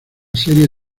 serie